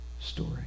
story